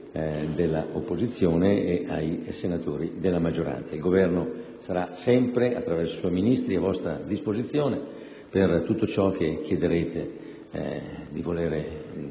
Grazie a tutti.